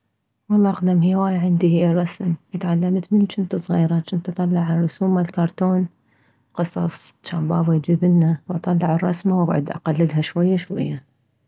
والله اقدم هواية عندي هي الرسم تعلمت من جنت صغيرة جنت اطلع الرسوم مال كارتون قصص جان بابا يجيبلنا واطلع الرسمة واكعد اقلدها شوية شوية